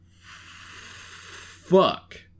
fuck